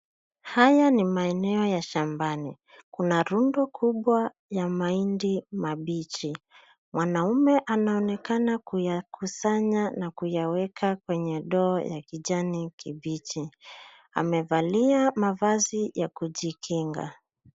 Haya ni maeneo ya shambani. Kuna rundo kubwa ya mahindi mabichi. Mwanaume anaonekana kuyakusanya na kuyaweka kwenye ndoo ya kijani kibichi. Amevalia mavazi ya kujikinga.